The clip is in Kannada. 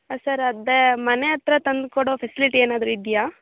ಸರ್ ಅದೆ ಮನೆ ಹತ್ರ ತಂದ್ಕೊಡೋ ಫೆಸಿಲಿಟಿ ಏನಾದರೂ ಇದೆಯಾ